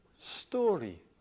story